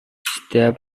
setiap